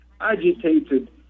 agitated